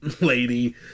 lady